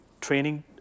training